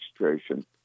administration